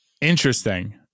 Interesting